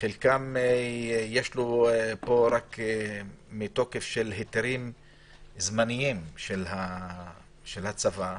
חלקם יש פה רק מתוקף היתרים זמניים של הצבא,